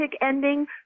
ending